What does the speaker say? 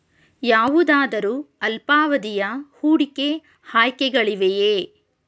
ಯಾವುದಾದರು ಅಲ್ಪಾವಧಿಯ ಹೂಡಿಕೆ ಆಯ್ಕೆಗಳಿವೆಯೇ?